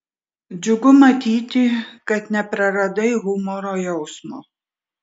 džiugu matyti kad nepraradai humoro jausmo